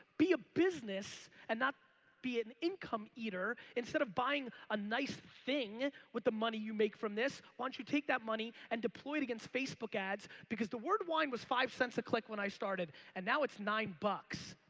be a business and not be an income eater instead of buying a nice thing with the money you make from this, why don't you take that money and deploy it against facebook ads because the word wine was five cents a click when i started and now it's nine bucks.